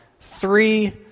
three